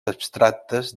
abstractes